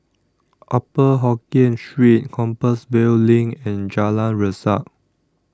Upper Hokkien Street Compassvale LINK and Jalan Resak